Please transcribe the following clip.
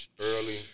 Early